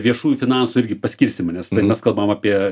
viešųjų finansų irgi paskirstymą nes mes kalbam apie